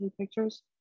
pictures